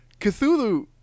Cthulhu